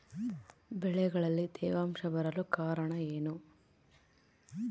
ಬೆಳೆಗಳಲ್ಲಿ ತೇವಾಂಶ ಬರಲು ಕಾರಣ ಏನು?